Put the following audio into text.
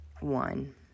one